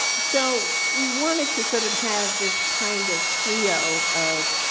so we wanted to sort of have this kind of trio of,